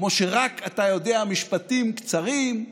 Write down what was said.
כמו שרק אתה יודע: משפטים קצרים,